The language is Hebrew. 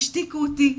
השתיקו אותי,